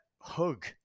hug